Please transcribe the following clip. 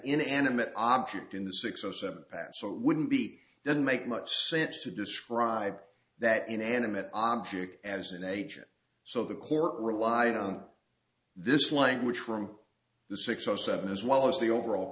inanimate object in the six or seven so it wouldn't be doesn't make much sense to describe that inanimate object as an agent so the court relied on this language from the six or seven as well as the overall